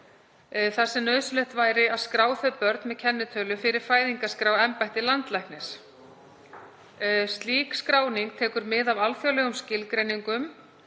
þar sem nauðsynlegt væri að skrá þau börn með kennitölu fyrir fæðingarskrá embættis landlæknis. Slík skráning tekur mið af alþjóðlegum skilgreiningum.